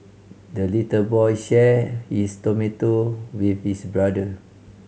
the little boy shared his tomato with his brother